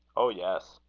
oh, yes.